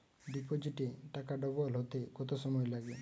ডিপোজিটে টাকা ডবল হতে কত সময় লাগে?